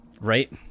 Right